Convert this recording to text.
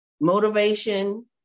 motivation